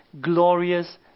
glorious